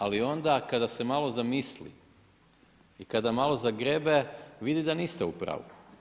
Ali, onda kada se malo zamisli i kada malo zagrebe, vidi da niste u pravu.